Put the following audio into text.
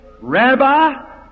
Rabbi